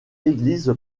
église